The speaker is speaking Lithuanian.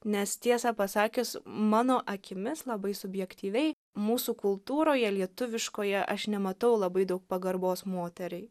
nes tiesą pasakius mano akimis labai subjektyviai mūsų kultūroje lietuviškoje aš nematau labai daug pagarbos moteriai